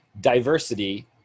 diversity